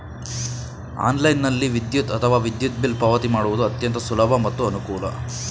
ಆನ್ಲೈನ್ನಲ್ಲಿ ವಿದ್ಯುತ್ ಅಥವಾ ವಿದ್ಯುತ್ ಬಿಲ್ ಪಾವತಿ ಮಾಡುವುದು ಅತ್ಯಂತ ಸುಲಭ ಮತ್ತು ಅನುಕೂಲ